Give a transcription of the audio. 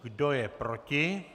Kdo je proti?